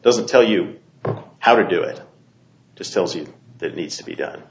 doesn't tell you how to do it just tells you that needs to be done